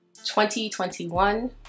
2021